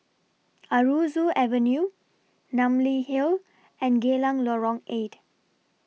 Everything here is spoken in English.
Aroozoo Avenue Namly Hill and Geylang Lorong eight